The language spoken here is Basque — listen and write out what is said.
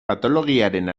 patologiaren